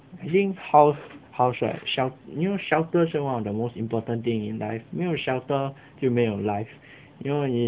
think house house right shelt~you know shelter 是吗 the most important thing in life 没有 shelter 就没有 life you know 你